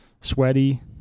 sweaty